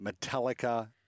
Metallica